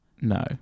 no